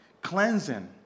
cleansing